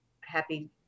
happy